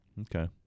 okay